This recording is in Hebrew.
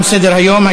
תם סדר-היום.